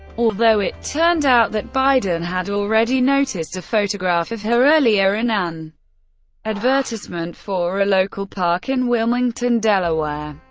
although it turned out that biden had already noticed a photograph of her earlier in an advertisement for a local park in wilmington, delaware.